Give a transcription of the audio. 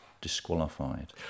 disqualified